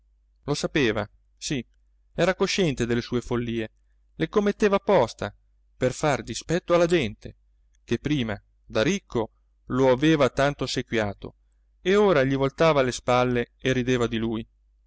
lo sapeva sì era cosciente delle sue follie le commetteva apposta per far dispetto alla gente che prima da ricco lo aveva tanto ossequiato e ora gli voltava le spalle e rideva di lui